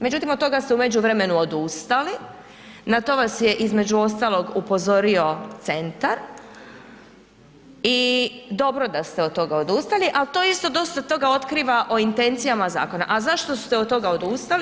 Međutim od toga ste u međuvremenu odustali, na to vas je između ostalog upozorio centar i dobro da ste od tog odustali ali to isto dosta toga otkiva o intencijama zakona a zašto ste od toga odustali?